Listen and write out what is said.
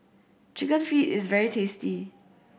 Chicken Feet is very tasty